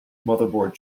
motherboard